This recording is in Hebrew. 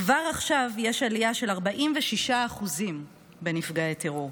כבר עכשיו יש עלייה של 46% בנפגעי טרור.